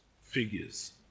figures